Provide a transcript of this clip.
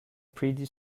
pretty